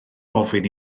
ofyn